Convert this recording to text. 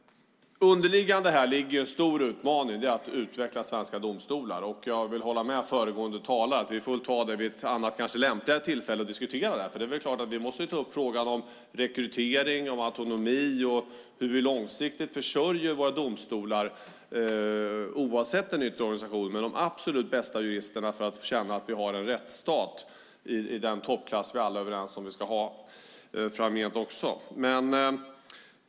Under detta ligger en stor utmaning: att utveckla svenska domstolar. Jag vill hålla med föregående talare om att vi får diskutera det vid ett annat, lämpligare tillfälle. Det är ju klart att vi måste ta upp frågan med rekrytering, autonomi och hur vi - oavsett den yttre organisationen - långsiktigt försörjer våra domstolar med de absolut bästa juristerna, för att känna att vi har en rättsstat i den toppklass som vi alla är överens om att vi ska ha även framgent.